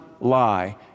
lie